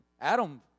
Adam